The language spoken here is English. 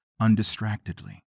undistractedly